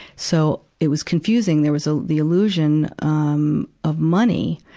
so, it was confusing. there was a, the illusion, um, of money.